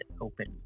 open